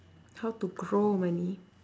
how to grow money